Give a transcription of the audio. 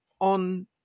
on